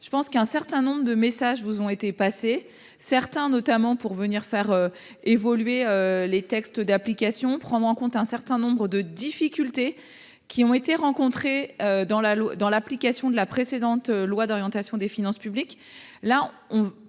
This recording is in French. le ministre, qu’un certain nombre de messages vous ont été passés, notamment sur la nécessité de faire évoluer les textes d’application ou de prendre en compte un certain nombre de difficultés qui ont été rencontrées dans l’application de la précédente loi de programmation des finances publiques.